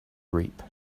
reap